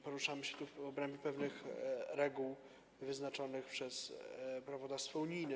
Poruszamy się tu w obrębie pewnych reguł wyznaczonych przez prawodawstwo unijne.